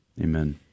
Amen